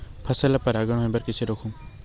फसल ल परागण होय बर कइसे रोकहु?